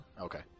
Okay